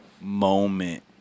moment